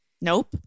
nope